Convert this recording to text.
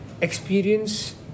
experience